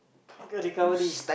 okay recovery